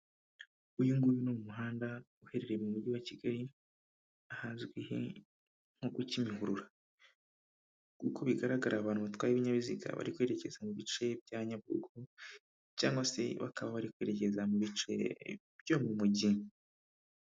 Uyu nguyu ni umuhanda, uherereye mu mujyi wa Kigali ahazwi nko ku Kimihurura nk'uko bigaragara abantu batwaye ibinyabiziga, bari kwerekeza mu bice bya Nyabugogo cg se bakaba bari kwerekeza mu bice byo mu mujyi.